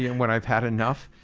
and when i've had enough.